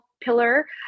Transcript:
pillar